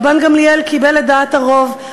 רבן גמליאל קיבל את דעת הרוב,